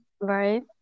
Right